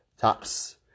Tops